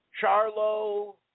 Charlo